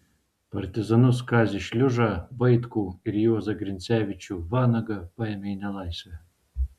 partizanus kazį šliužą vaitkų ir juozą grincevičių vanagą paėmė į nelaisvę